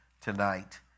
tonight